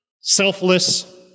selfless